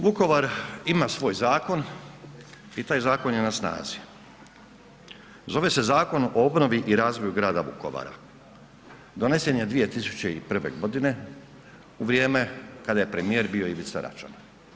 Vukovar ima svoj zakon i taj zakon je na snazi, zove se Zakon o obnovi i razvoju grada Vukovara, donesen je 2001.g. u vrijeme kada je premijer bio Ivica Račan.